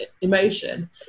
emotion